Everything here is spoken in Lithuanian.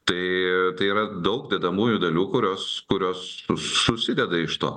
tai tai yra daug dedamųjų dalių kurios kurios susideda iš to